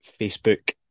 Facebook